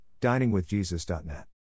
diningwithjesus.net